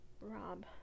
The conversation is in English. Rob